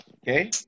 Okay